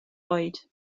oed